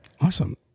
Awesome